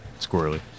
squirrely